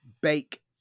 bake